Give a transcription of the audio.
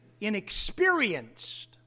Inexperienced